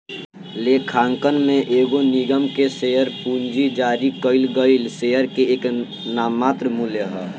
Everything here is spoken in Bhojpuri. लेखांकन में एगो निगम के शेयर पूंजी जारी कईल गईल शेयर के नाममात्र मूल्य ह